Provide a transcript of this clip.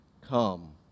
come